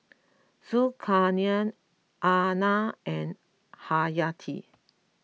Zulkarnain Aina and Hayati